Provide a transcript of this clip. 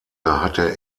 hatte